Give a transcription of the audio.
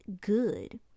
good